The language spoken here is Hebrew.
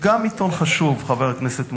גם עיתון חשוב, חבר הכנסת מולה.